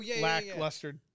lackluster